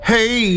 Hey